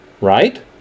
Right